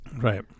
Right